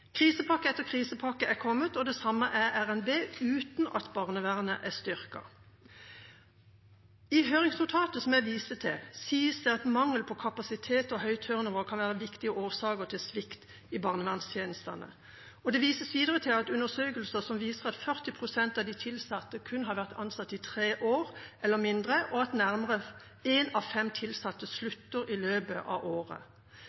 Krisepakke etter krisepakke er kommet, og det samme er revidert nasjonalbudsjett, uten at barnevernet er styrket. I høringsnotatet som jeg viste til, sies det at mangel på kapasitet og høy turnover kan være en viktig årsak til svikt i barnevernstjenesten. Det vises videre til undersøkelser som viser at 40 pst. av de tilsatte kun har vært ansatt i tre år eller mindre, og at nærmere én av fem tilsatte slutter i løpet av året.